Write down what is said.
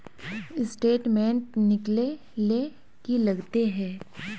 Statement निकले ले की लगते है?